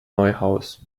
neuhaus